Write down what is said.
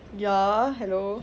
ya hello